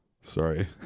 Sorry